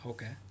Okay